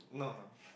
no no